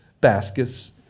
baskets